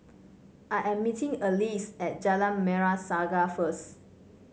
I am meeting Alease at Jalan Merah Saga first